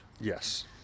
Yes